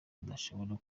adashobora